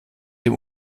dem